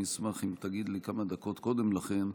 אני אשמח אם תגיד לי כמה דקות קודם לכן,